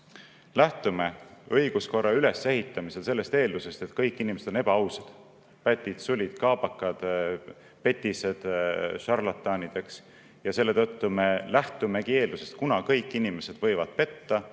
lähtume õiguskorra ülesehitamisel sellest eeldusest, et kõik inimesed on ebaausad, pätid, sulid, kaabakad, petised, šarlatanid, eks, ja selle tõttu, kuna kõik inimesed võivad petta,